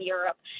Europe